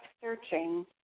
searching